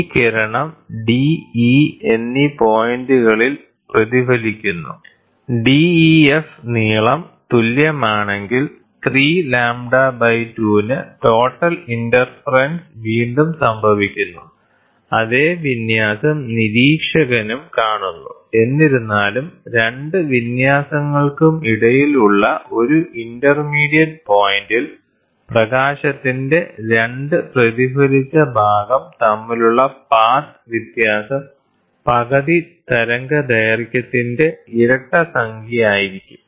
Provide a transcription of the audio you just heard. ഈ കിരണം d e എന്നീ പോയിന്റുകളിൽ പ്രതിഫലിക്കുന്നു def നീളം തുല്യമാണെങ്കിൽ 3λ 2 ന് ടോട്ടൽ ഇന്റർഫെറെൻസ് വീണ്ടും സംഭവിക്കുന്നു അതേ വിന്യാസം നിരീക്ഷകനും കാണുന്നു എന്നിരുന്നാലും 2 വിന്യാസംങ്ങൾക്കിടയിലുള്ള ഒരു ഇന്റർമീഡിയറ്റ് പോയിന്റിൽ പ്രകാശത്തിന്റെ 2 പ്രതിഫലിച്ച ഭാഗം തമ്മിലുള്ള പാത്ത് വ്യത്യാസം പകുതി തരംഗദൈർഘ്യത്തിന്റെ ഇരട്ട സംഖ്യയായിരിക്കും